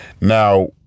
Now